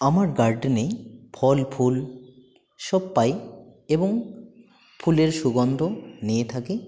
আমার গার্ডেনেই ফল ফুল সব পাই এবং ফুলের সুগন্ধ নিয়ে থাকি